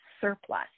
surplus